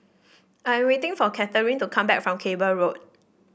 I waiting for Katharyn to come back from Cable Road